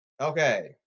Okay